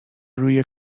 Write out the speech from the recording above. روی